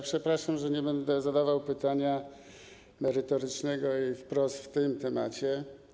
Przepraszam, że nie będę zadawał pytania merytorycznego i wprost na ten temat.